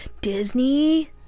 Disney